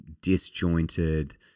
disjointed